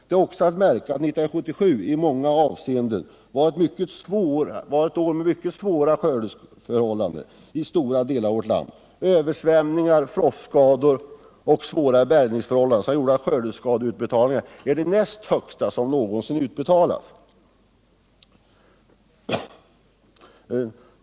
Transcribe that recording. Då är också att märka att 1977 i många avseenden var ett år med mycket svåra skördeförhållanden i stora delar av vårt land. Översvämningar, frostskador och besvärliga bärgningsförhållanden gjorde att skördeskadeersättningarna blev de näst högsta som någonsin utbetalats.